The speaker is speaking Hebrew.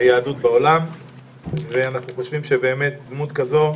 היהדות בעולם ואנחנו חושבים שדמות כזו,